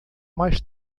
mais